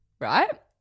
right